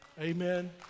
Amen